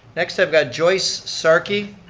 next, i've got joyce sarkey?